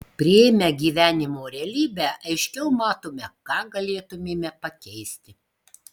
priėmę gyvenimo realybę aiškiau matome ką galėtumėme pakeisti